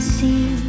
see